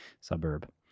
Suburb